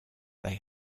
they